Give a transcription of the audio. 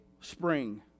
spring